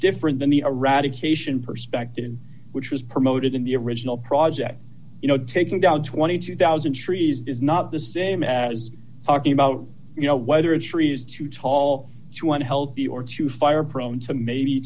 different than the eradication perspective and which was promoted in the original project you know taking down twenty two thousand trees is not the same as talking about you know whether it's trees too tall one healthy or two fire prone to maybe